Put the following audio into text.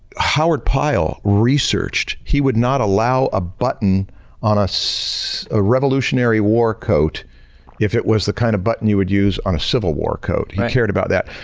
howard pyle researched, he would not allow a button on us a revolutionary war coat if it was the kind of button you would use on a civil war coat. he cared about that.